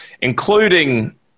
Including